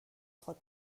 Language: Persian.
خود